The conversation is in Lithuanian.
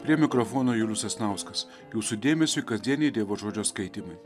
prie mikrofono julius sasnauskas jūsų dėmesiui kasdieniai dievo žodžio skaitymai